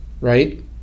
Right